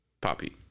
Poppy